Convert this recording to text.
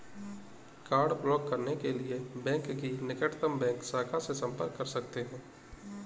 card block करने के लिए बैंक की निकटतम बैंक शाखा से संपर्क कर सकते है